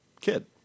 kid